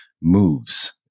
moves